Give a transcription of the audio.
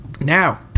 Now